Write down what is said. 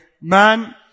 Man